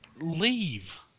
leave